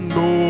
no